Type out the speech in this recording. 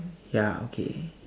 ya okay